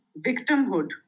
victimhood